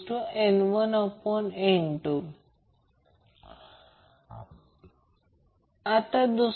तर मला ते साफ करू द्या